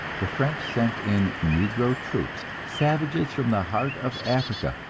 the french sent in negro troops, savages from the heart of africa,